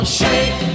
shake